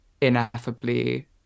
ineffably